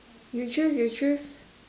you choose you choose